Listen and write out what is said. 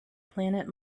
planet